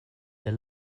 the